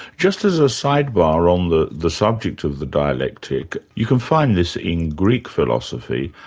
just as a sidebar on the the subject of the dialectic, you can find this in greek philosophy.